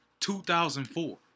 2004